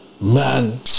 Man